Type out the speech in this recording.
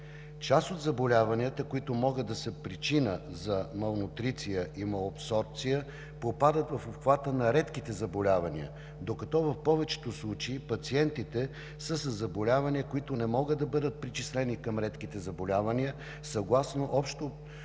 Част от заболяванията, които могат да са причина за малнутриция и малабсорбция, попадат в обхвата на редките заболявания, докато в повечето случаи пациентите са със заболявания, които не могат да бъдат причислени към редките заболявания съгласно общоприетото